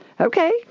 Okay